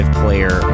player